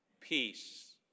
peace